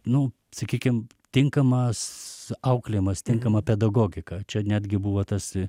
nu sakykim tinkamas auklėjimas tinkama pedagogika čia netgi buvo tas i